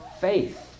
faith